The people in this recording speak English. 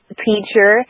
teacher